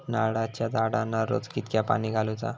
नारळाचा झाडांना रोज कितक्या पाणी घालुचा?